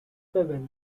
bevel